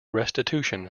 restitution